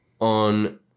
On